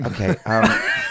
Okay